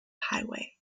highway